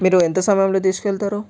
మీరు ఎంత సమయంలో తీసుకెళ్తారు